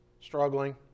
struggling